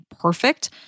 perfect